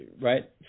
right